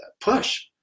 push